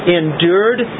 endured